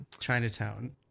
Chinatown